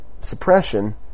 suppression